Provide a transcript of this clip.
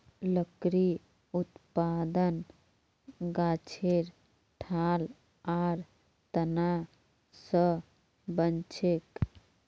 लकड़ी उत्पादन गाछेर ठाल आर तना स बनछेक